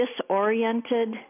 disoriented